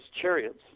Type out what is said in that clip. chariots